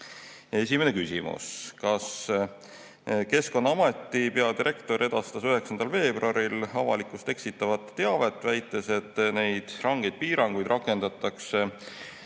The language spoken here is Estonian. Esimene küsimus. Kas Keskkonnaameti peadirektor edastas 9. veebruaril avalikkust eksitavat teavet, väites, et rangeid piiranguid rakendatakse